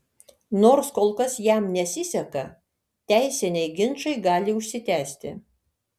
nors kol kas jam nesiseka teisiniai ginčai gali užsitęsti